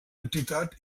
entitat